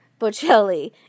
Bocelli